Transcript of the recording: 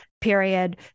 period